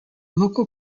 local